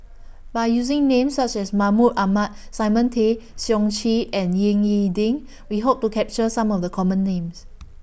By using Names such as Mahmud Ahmad Simon Tay Seong Chee and Ying E Ding We Hope to capture Some of The Common Names